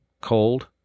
cold